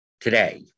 today